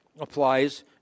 applies